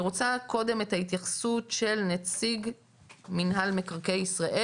אני רוצה קודם את התייחסות נציג מינהל מקרקעי ישראל?